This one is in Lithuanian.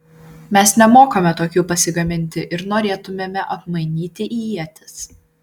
mes nemokame tokių pasigaminti ir norėtumėme apmainyti į ietis